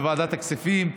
בוועדת הכספים,